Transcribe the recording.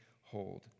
hold